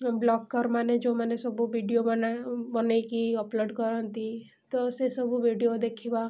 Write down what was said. ବ୍ଲଗର୍ମାନେ ଯେଉଁମାନେ ସବୁ ଭିଡ଼ିଓ ବନାଇକି ଅପଲୋଡ଼୍ କରନ୍ତି ତ ସେସବୁ ଭିଡ଼ିଓ ଦେଖିବା